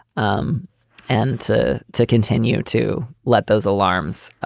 um and to to continue to let those alarms